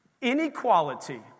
Inequality